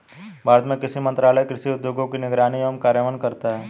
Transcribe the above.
भारत में कृषि मंत्रालय कृषि उद्योगों की निगरानी एवं कार्यान्वयन करता है